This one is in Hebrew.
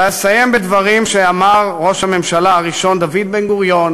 ואסיים בדברים שאמר ראש הממשלה הראשון דוד בן-גוריון